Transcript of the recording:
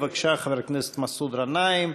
בבקשה, חבר הכנסת מסעוד גנאים.